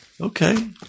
Okay